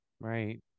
Right